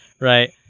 right